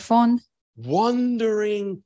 Wondering